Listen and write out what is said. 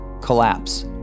Collapse